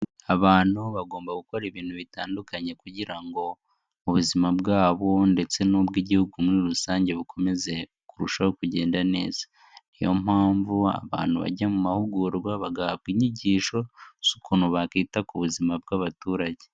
Abantu bagomba gukora ibintu bitandukanye kugira ngo ubuzima bwabo ndetse n'ubw'Igihugu muri rusange bukomeze kurushaho kugenda neza. Ni yo mpamvu abantu bajya mu mahugurwa bagahabwa inyigisho z'ukuntu bakwita ku buzima bw'abaturage.